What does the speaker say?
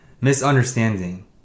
misunderstanding